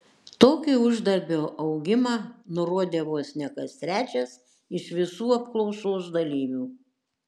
tokį uždarbio augimą nurodė vos ne kas trečias iš visų apklausos dalyvių